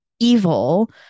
evil